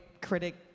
critic